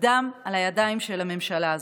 הדם הוא על הידיים של הממשלה הזאת.